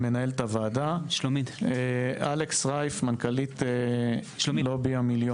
בבקשה, אלקס ריף, מנכ"לית לובי המיליון.